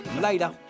later